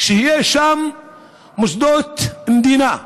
יהיו שם מוסדות מדינה,